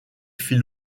fit